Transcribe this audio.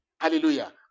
Hallelujah